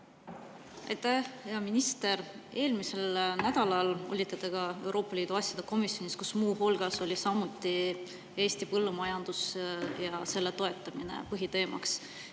Aitäh, hea minister! Eelmisel nädalal olite te Euroopa Liidu asjade komisjonis, kus muu hulgas oli põhiteemaks samuti Eesti põllumajandus ja selle toetamine.